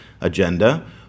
agenda